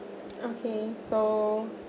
okay so